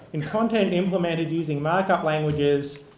in content implemented using markup languages,